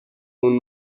اون